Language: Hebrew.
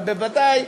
אבל בוודאי,